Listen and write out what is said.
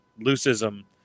Lucism